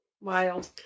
Wild